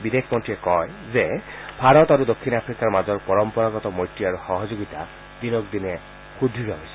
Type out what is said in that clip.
বিদেশী মন্ত্ৰীয়ে কয় যে ভাৰত আৰু দক্ষিণ আফ্ৰিকাৰ মাজৰ পৰম্পৰাগত মৈত্ৰী আৰু সহযোগিতা দিনক দিনে সুদৃঢ় হৈছে